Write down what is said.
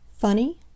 Funny